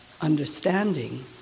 understanding